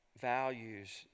values